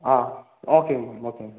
ஆ ஓகேங்க மேம் ஓகேங்க மேம்